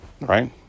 Right